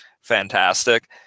fantastic